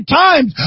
times